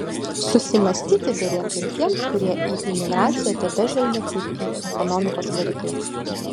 susimąstyti derėtų ir tiems kurie į imigraciją tebežvelgia kaip į ekonomikos variklį